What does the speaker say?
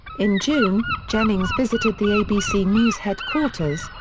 in june, jennings visited the abc news headquarters,